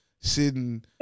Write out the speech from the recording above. sitting